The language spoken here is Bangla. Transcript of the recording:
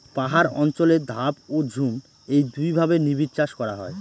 পাহাড় অঞ্চলে ধাপ ও ঝুম এই দুইভাবে নিবিড়চাষ করা হয়